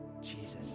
Jesus